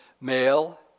male